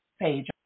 page